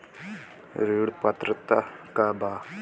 ऋण पात्रता का बा?